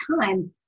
time